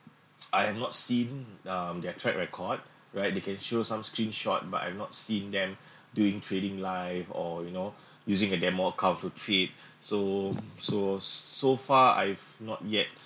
I have not seen um their track record right they can show some screenshot but I've not seen them doing trading live or you know using a demo account to trade so so so far I've not yet